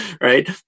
right